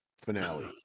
finale